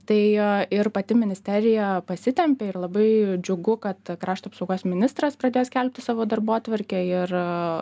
tai ir pati ministerija pasitempė ir labai džiugu kad krašto apsaugos ministras pradėjo skelbti savo darbotvarkę ir